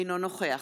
אינו נוכח